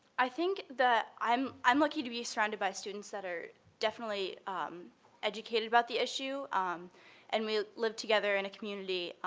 i think the i'm i'm lucky to be surrounded by students that are definitely um educated about the issue um and we live together in a community.